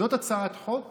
זאת הצעת חוק